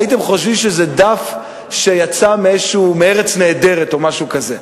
הייתם חושבים שזה דף שיצא מ"ארץ נהדרת" או משהו כזה,